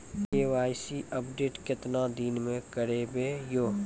KYC update केतना दिन मे करेबे यो?